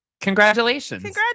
Congratulations